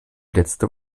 letzte